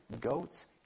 goats